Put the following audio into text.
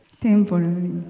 Temporary